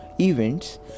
events